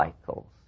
cycles